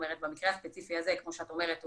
במקרה הספציפי הזה, כמו שאת אומרת,